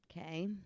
Okay